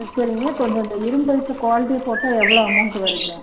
சரி சரிங்க கொஞ்சம் இந்த இரும்பு பைப்ல குவாலிட்டியாக போட்டால் எவ்வளோ அமௌன்ட் வருங்க